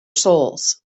souls